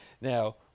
Now